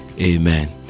Amen